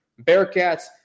Bearcats